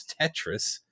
Tetris